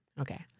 Okay